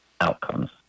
outcomes